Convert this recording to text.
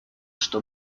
что